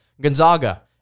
Gonzaga